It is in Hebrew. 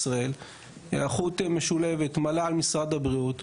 היערכות משולבת של מל"ל ומשרד הבריאות,